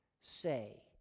say